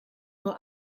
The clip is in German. nur